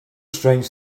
strange